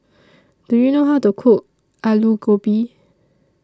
Do YOU know How to Cook Alu Gobi